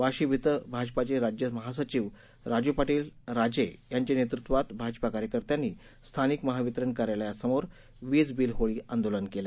वाशिम धिं भाजपाचे राज्य महासचिव राजू पाटील राजे यांच्या नेतृत्वात भाजपा कार्यकर्त्यांनी स्थानिक महावितरण कार्यालयासमोर विज बिल होळी आंदोलन केलं